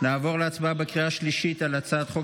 נעבור להצבעה בקריאה השלישית על הצעת חוק